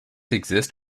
exist